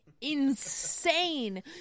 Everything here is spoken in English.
insane